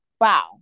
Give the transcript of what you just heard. wow